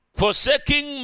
forsaking